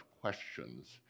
questions